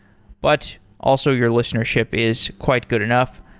but also your listenership is quite good enough.